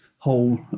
whole